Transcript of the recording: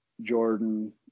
Jordan